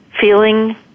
feeling